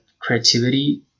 creativity